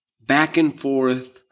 back-and-forth